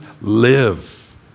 live